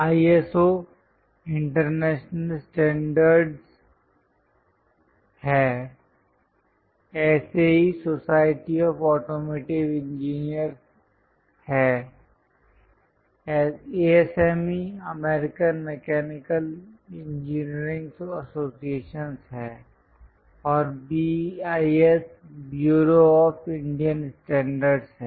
ISO international standards है SAE society of automotive engineers है ASME American mechanical engineering association है और BIS bureau of Indian standards है